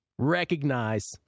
recognize